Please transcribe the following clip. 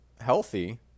Healthy